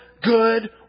good